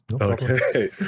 Okay